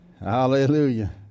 Hallelujah